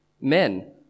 Men